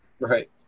Right